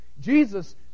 Jesus